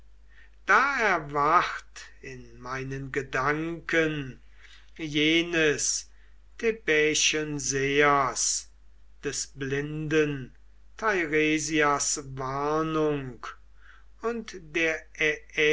da erwacht in meinen gedanken jenes thebaiischen sehers des blinden teiresias warnung und der